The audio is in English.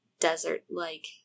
desert-like